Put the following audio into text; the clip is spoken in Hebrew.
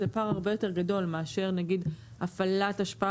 זה פער הרבה יותר גדול מאשר נגיד הפעלת השפעה